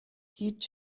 هیچ